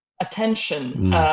attention